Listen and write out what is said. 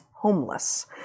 homeless